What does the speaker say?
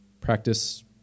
practice